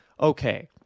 okay